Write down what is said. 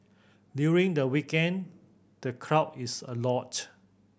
during the weekend the crowd is a lot